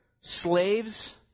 slaves